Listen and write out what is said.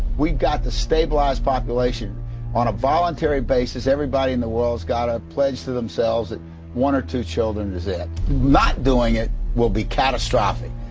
we've got to stabilize population on a voluntary basis. everybody in the world's gotta pledge to themselves that. that one or two children is it. not doing it will be catastrophic.